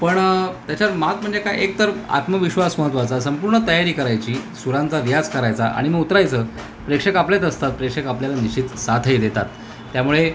पण त्याच्यावर मात म्हणजे काय एकतर आत्मविश्वास महत्त्वाचा संपूर्ण तयारी करायची सुरांचा रियाज करायचा आणि मग उतरायचं प्रेक्षक आपलेच असतात प्रेक्षक आपल्याला निश्चित साथही देतात त्यामुळे